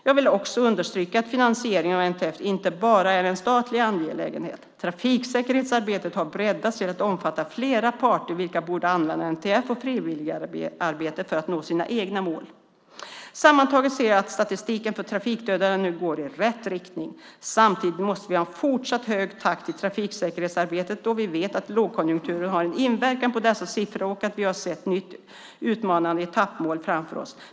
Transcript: Jag vill också understryka att finansieringen av NTF inte bara är en statlig angelägenhet. Trafiksäkerhetsarbetet har breddats till att omfatta flera parter vilka borde använda NTF och frivilligarbetet för att nå sina egna mål. Sammantaget ser jag att statistiken för trafikdödade nu går i rätt riktning. Samtidigt måste vi ha en fortsatt hög takt i trafiksäkerhetsarbetet då vi vet att lågkonjunkturen har en inverkan på dessa siffror och att vi har ett nytt utmanande etappmål framför oss.